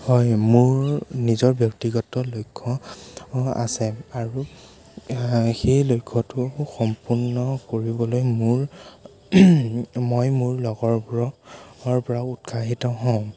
হয় মোৰ নিজৰ ব্যক্তিগত লক্ষ্য আছে আৰু সেই লক্ষ্যটো সম্পূৰ্ণ কৰিবলৈ মোৰ মই মোৰ লগৰবোৰৰ পৰাও উৎসাহিত হওঁ